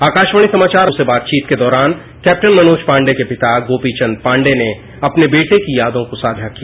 आकाशवाणी समाचार लखनऊ से बातचीत के दौरान कैटन मनोज पांडे के पिता गोपी चंद पांडे ने अपने बेटे की यादों को साझा किया